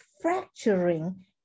fracturing